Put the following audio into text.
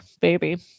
baby